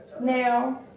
now